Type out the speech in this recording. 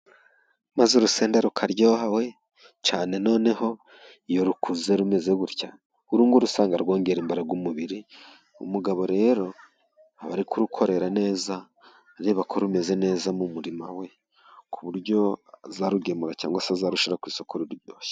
Maze urusenda rukaryo we! Cyane noneho iyo rukuze rumeze gutya, urunguru usanga rwongera imbaraga mu mubiri, umugabo rero aba ari kurukorera neza, areba ko rumeze neza mu murimo we, ku buryo azarugemura cyangwa se azarushyira ku isoko ruryoshye.